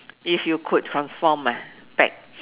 if you could transform eh back